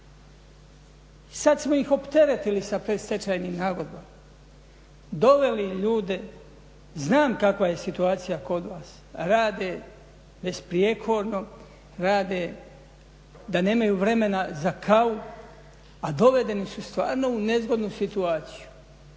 sad smo ih opteretili sa predstečajnim nagodbama, doveli ljude, znam kakva je situacija kod vas, rade besprijekorno, rade da nemaju vremena za kavu a dovedeni su stvarno u nezgodnu situaciju.